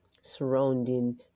surrounding